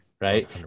right